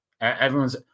everyone's